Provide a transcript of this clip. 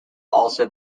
also